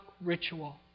ritual